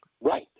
Right